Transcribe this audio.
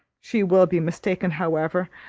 she will be mistaken, however.